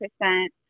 percent